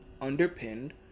underpinned